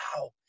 wow